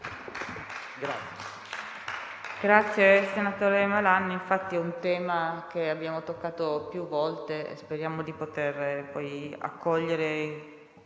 Grazie,